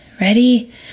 ready